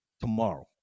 tomorrow